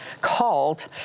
called